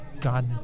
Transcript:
God